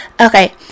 Okay